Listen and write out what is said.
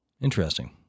Interesting